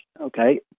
Okay